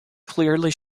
clearly